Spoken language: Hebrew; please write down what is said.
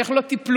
איך לא טיפלו?